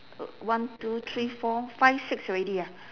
one two three four five six already ah